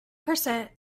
percent